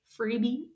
freebie